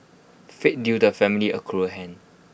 fate dealt the family A cruel hand